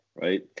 right